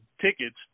tickets